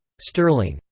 sterling.